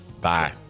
bye